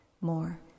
more